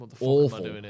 awful